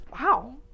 Wow